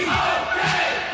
okay